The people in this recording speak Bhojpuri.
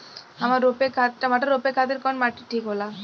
टमाटर रोपे खातीर कउन माटी ठीक होला?